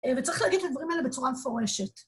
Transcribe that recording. וצריך להגיד את הדברים האלה בצורה מפורשת.